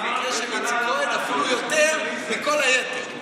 במקרה של איציק כהן אפילו יותר מכל היתר.